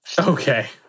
Okay